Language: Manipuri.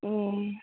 ꯎꯝ